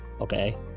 Okay